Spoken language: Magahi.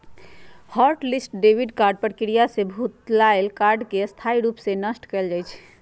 हॉट लिस्ट डेबिट कार्ड प्रक्रिया से भुतलायल कार्ड के स्थाई रूप से नष्ट कएल जाइ छइ